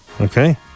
Okay